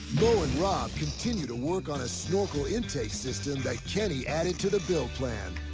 moe and rob continue to work on a snorkel intake system that kenny added to the build plan.